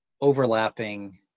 overlapping